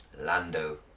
Lando